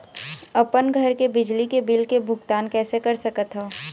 अपन घर के बिजली के बिल के भुगतान कैसे कर सकत हव?